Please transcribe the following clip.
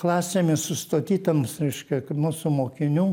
klasėmis sustatytoms reiškia mūsų mokinių